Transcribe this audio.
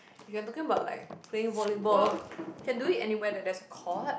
you're talking about like playing volleyball can do it anywhere that there's a court